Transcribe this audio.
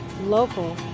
local